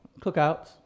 Cookouts